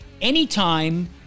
anytime